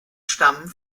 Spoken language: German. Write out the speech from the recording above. stammen